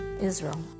Israel